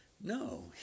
No